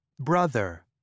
Brother